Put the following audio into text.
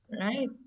Right